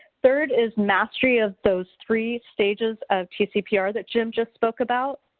third is mastery of those three stages of t-cpr that jim just spoke about.